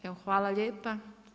Evo, hvala lijepa.